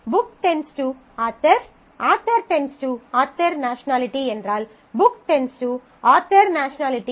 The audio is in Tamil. book author author author nationality என்றால் புக் ஆத்தர் நேஷனலிட்டி